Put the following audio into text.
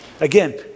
Again